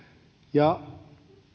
ja